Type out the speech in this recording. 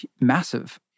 massive